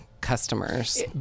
customers